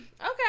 okay